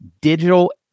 digital